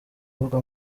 avuga